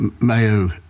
Mayo